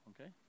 okay